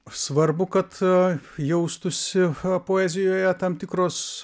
svarbu kad jaustųsi poezijoje tam tikros